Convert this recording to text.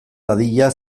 dadila